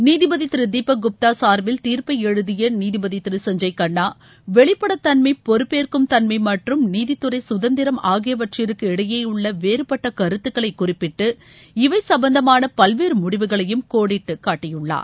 நீதிபதி திரு தீபக் குப்தா சார்பில் தீர்ப்பை எழுதிய நீதிபதி திரு சஞ்சய் கண்ணா வெளிப்படைத் தன்மை பொறுப்பேற்கும் தன்மை மற்றும் நீதித்துறை கதந்திரம் ஆகியவற்றக்கு இடையேயுள்ள வேறுபட்ட கருத்துக்களை குறிப்பிட்டு இவை சும்பந்தமான பல்வேறு முடிவுகளையும் கோடிட்டு காட்டியுள்ளார்